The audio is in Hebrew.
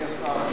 אדוני השר,